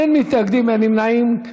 אין מתנגדים, אין נמנעים.